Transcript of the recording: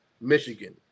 Michigan